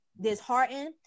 disheartened